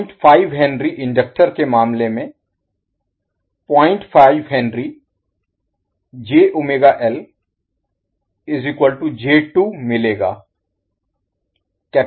05H inductor के मामले में मिलेगा